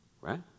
Right